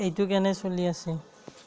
এইটো কেনে চলি আছে